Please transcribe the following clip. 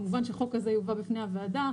כמובן שהחוק הזה יובא בפני הוועדה.